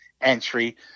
entry